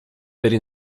werde